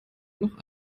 noch